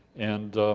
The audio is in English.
and